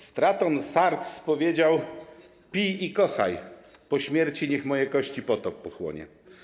Straton z Sardes powiedział: Pij i kochaj, po śmierci niech moje kości potop pochłonie.